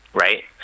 right